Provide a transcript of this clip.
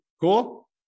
Cool